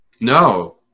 no